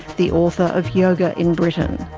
the author of yoga in britain.